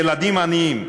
ילדים עניים,